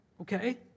Okay